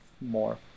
more